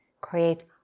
create